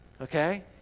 okay